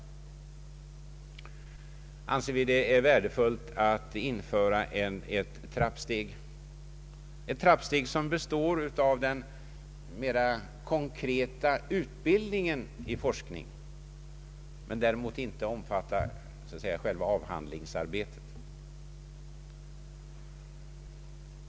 Vi anser att det är värdefullt att införa ett trappsteg som består av den mera konkreta utbildningen i forskning men däremot inte omfattar själva avhandlingsarbete.